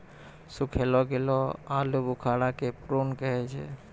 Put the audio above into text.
सुखैलो गेलो आलूबुखारा के प्रून कहै छै